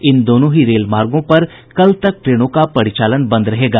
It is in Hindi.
इन दोनों ही रेल मार्गों पर कल तक ट्रेनों का परिचालन बंद रहेगा